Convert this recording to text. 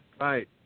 right